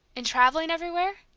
and travelling everywhere!